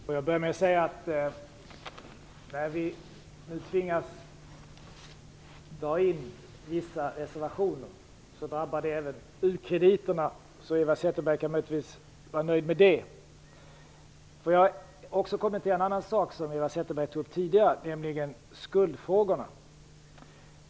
Fru talman! Jag vill först säga att vårt indragande av vissa reservationer drabbar även u-krediterna. Eva Zetterberg kan möjligtvis vara nöjd med det beskedet. Låt mig också kommentera skuldfrågorna, som Eva Zetterberg tidigare tog upp.